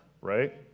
Right